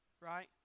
Right